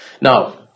Now